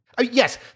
yes